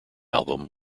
album